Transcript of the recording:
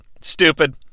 Stupid